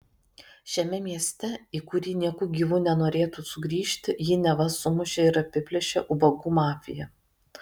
šiame mieste į kurį nieku gyvu nenorėtų sugrįžti jį neva sumušė ir apiplėšė ubagų mafija